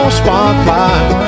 spotlight